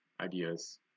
ideas